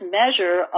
measure